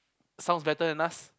sounds better than us